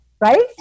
right